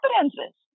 confidences